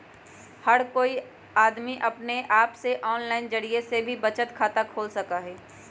हर कोई अमदी अपने आप से आनलाइन जरिये से भी बचत खाता खोल सका हई